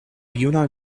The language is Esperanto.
juna